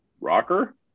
Rocker